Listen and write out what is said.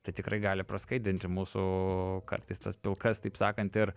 tai tikrai gali praskaidrinti mūsų kartais tas pilkas taip sakant ir